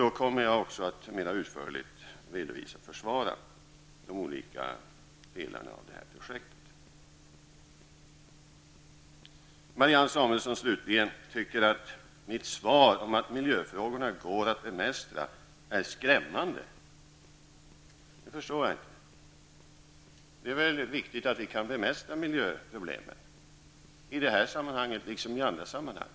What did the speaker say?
Jag kommer då också att mer utförligt redovisa och försvara de olika delarna av detta projekt. Slutligen till Marianne Samuelsson som anser att mitt svar att miljöfrågorna går att bemästra är skrämmande. Det förstår jag inte. Det är väl viktigt att vi kan bemästra miljöproblemen i detta sammanhang liksom i andra sammanhang?